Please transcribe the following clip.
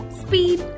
speed